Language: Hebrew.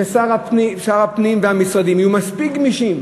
ששר הפנים והמשרדים יהיו מספיק גמישים,